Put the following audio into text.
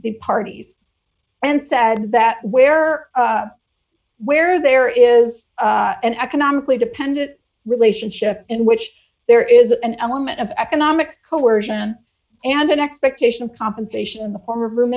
the parties and said that where or where there is an economically dependent relationship in which there is an element of economic coercion and an expectation of compensation in the form room